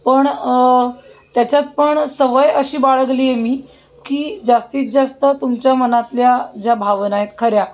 पण त्याच्यात पण सवय अशी बाळगली आहे मी की जास्तीत जास्त तुमच्या मनातल्या ज्या भावना आहेत खऱ्या